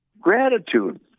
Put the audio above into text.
Gratitude